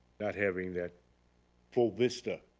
not having that full vista.